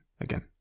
again